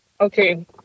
Okay